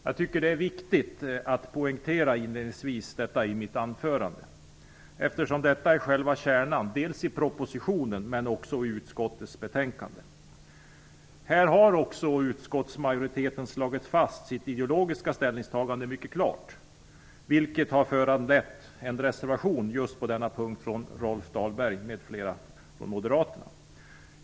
Jag tycker att det är viktigt att inledningsvis poängtera detta i mitt anförande, eftersom detta är själva kärnan både i propositionen och i utskottets betänkande. Utskottsmajoriteten har slagit fast sitt ideologiska ställningstagande mycket klart, vilket har föranlett en reservation just på denna punkt från Rolf Dahlberg m.fl. moderater.